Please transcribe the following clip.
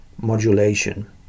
modulation